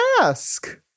ask